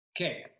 Okay